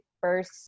first